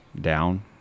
down